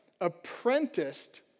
apprenticed